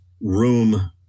room